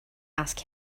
ask